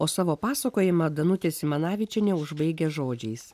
o savo pasakojimą danutė simanavičienė užbaigia žodžiais